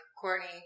Courtney